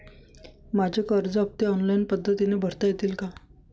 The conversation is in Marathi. माझे कर्ज हफ्ते ऑनलाईन पद्धतीने भरता येतील का?